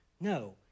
No